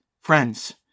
Friends